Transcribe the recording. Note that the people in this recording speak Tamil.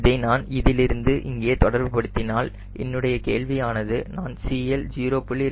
இதை நான் இங்கிருந்து இங்கே தொடர்புபடுத்தினால் என்னுடைய கேள்வி ஆனது நான் CL 0